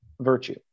virtue